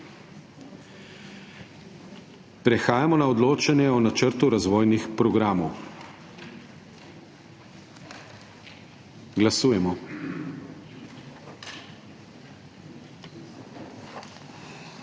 Prehajamo na odločanje o Načrtu razvojnih programov. Glasujemo.